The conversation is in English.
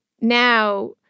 now